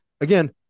again